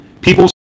people